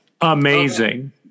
Amazing